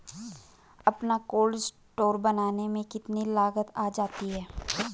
अपना cold store बनाने में कितनी लागत आ जाती है?